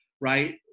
right